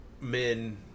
men